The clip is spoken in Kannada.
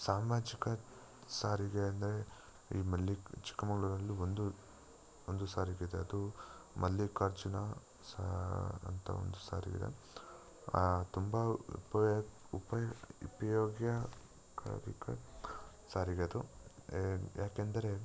ಸಾಮಾಜಿಕ ಸಾರಿಗೆ ಅಂದರೆ ಈ ಮಲ್ಲಿಕ ಚಿಕ್ಕ ಮಂಗಳೂರಲ್ಲೂ ಒಂದು ಒಂದು ಸಾರಿಗೆಯಿದೆ ಅದು ಮಲ್ಲಿಕಾರ್ಜುನ ಸಾ ಅಂತ ಒಂದು ಸಾರಿಗೆಯಿದೆ ತುಂಬ ಉಪಯ ಉಪಯ ಉಪ್ಯೋಗಕಾರಿಕ ಸಾರಿಗೆ ಅದು ಏ ಯಾಕೆಂದರೆ